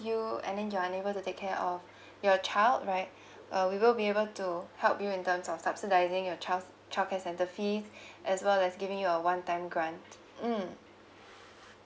you and then you are unable to take care of your child right uh we will be able to help you in terms of subsidising your child's childcare centre fees as well as giving you a one time grant mm